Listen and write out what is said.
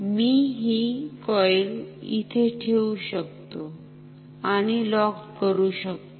मी हि कॉईल इथे ठेवू शकतो आणि लॉक करू शकतो